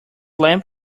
lamp